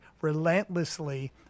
relentlessly